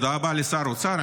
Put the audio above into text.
תודה רבה לשר האוצר.